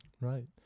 Right